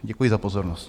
Děkuji za pozornost.